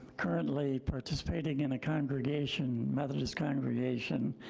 currently participating in a congregation, methodist congregation,